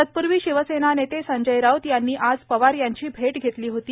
तत्पूर्वी शिवसेना नेते संजय राऊत यांनी आज पवार यांची भेट घेतली होती